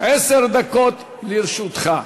עשר דקות לרשותך.